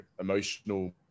emotional